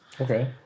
Okay